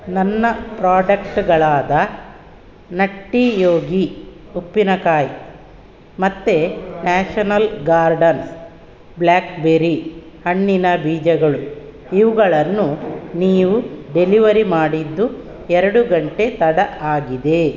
ನನ್ನ ಪ್ರಾಡಕ್ಟ್ಗಳಾದ ನಟ್ಟಿ ಯೋಗಿ ಉಪ್ಪಿನಕಾಯಿ ಮತ್ತೆ ನ್ಯಾಷನಲ್ ಗಾರ್ಡನ್ಸ್ ಬ್ಲ್ಯಾಕ್ ಬೆರಿ ಹಣ್ಣಿನ ಬೀಜಗಳು ಇವುಗಳನ್ನ ನೀವು ಡೆಲಿವರಿ ಮಾಡಿದ್ದು ಎರಡು ಗಂಟೆ ತಡ ಆಗಿದೆ